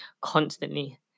constantly